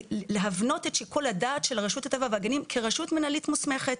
להבנות את שיקול הדעת של רשות הטבע והגנים כרשות מנהלית מוסמכת.